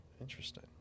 interesting